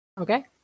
Okay